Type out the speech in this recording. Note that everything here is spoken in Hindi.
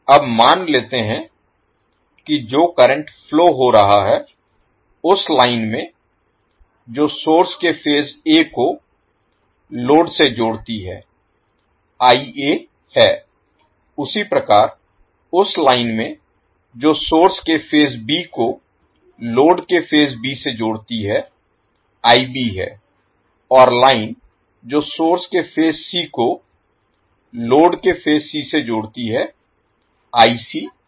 अब मान लेते हैं कि जो करंट फ्लो हो रहा है उस लाइन में जो सोर्स के फेज A को लोड से जोड़ती है है उसी प्रकार उस लाइन में जो सोर्स के फेज B को लोड के फेज B से जोड़ती है है और लाइन जो सोर्स के फेज C को लोड के फेज C से जोड़ती है है